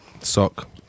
Sock